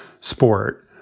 sport